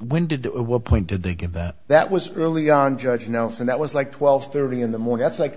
when did the appointed they give that that was early on judge you know for that was like twelve thirty in the morning it's like